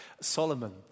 Solomon